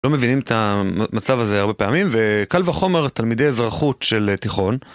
לא מבינים את המצב הזה הרבה פעמים, וקל וחומר, תלמידי אזרחות של תיכון.